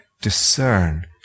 discern